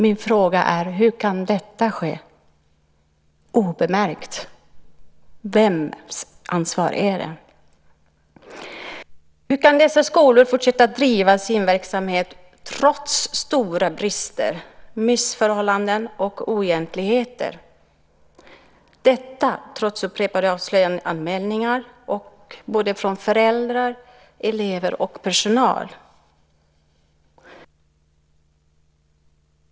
Min fråga är: Hur kan detta få ske obemärkt? Vems ansvar är det? Hur kan dessa skolor få fortsätta att driva sin verksamhet trots stora brister, missförhållanden och oegentligheter och detta trots upprepade anmälningar från föräldrar, elever och personal?